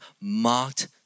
mocked